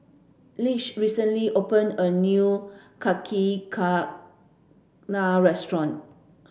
Leigh recently opened a new Yakizakana restaurant